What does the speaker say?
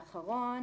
האחרון